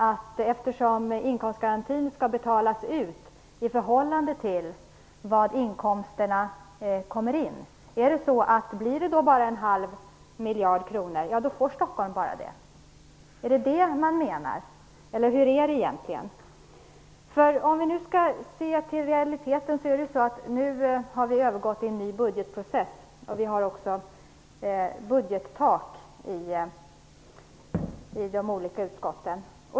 Om det bara skulle bli en halv miljard kronor, får Stockholm bara det då, eftersom inkomstgarantin skall betalas ut i förhållande till de inkomster som kommer in? Är det så man menar? Låt oss se till realiteten. Vi har övergått till en ny budgetprocess, och vi har budgettak för de olika utskotten.